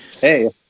hey